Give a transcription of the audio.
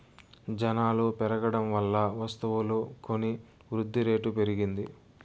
జనాలు పెరగడం వల్ల వస్తువులు కొని వృద్ధిరేటు పెరిగింది